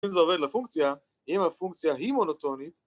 אם זה עובד לפונקציה, אם הפונקציה היא מונוטונית